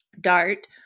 DART